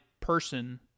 person